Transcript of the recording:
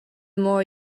more